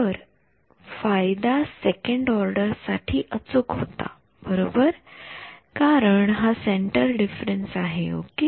तर फायदा second order साठी अचूक होता बरोबर कारण हा सेन्टर डिफरन्स आहे ओके